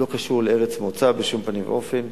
זה לא קשור לארץ מוצא בשום פנים ואופן.